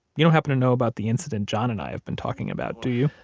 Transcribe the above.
you don't happen to know about the incident john and i have been talking about, do you?